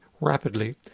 rapidly